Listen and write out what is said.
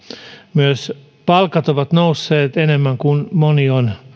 myös palkat ovat nousseet enemmän kuin moni on